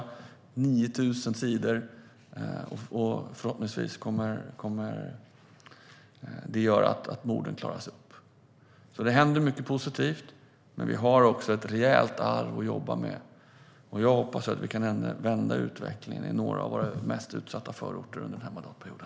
Den består av 9 000 sidor, och förhoppningsvis kommer den att leda till att morden klaras upp. Det händer alltså mycket positivt, men vi har också ett rejält arv att jobba med. Jag hoppas att vi kan vända utvecklingen i några av våra mest utsatta förorter under den här mandatperioden.